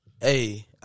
Hey